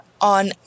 on